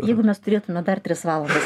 jeigu mes turėtume dar tris valandas